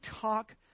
talk